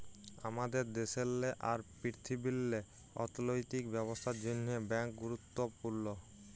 আমাদের দ্যাশেল্লে আর পীরথিবীল্লে অথ্থলৈতিক ব্যবস্থার জ্যনহে ব্যাংক গুরুত্তপুর্ল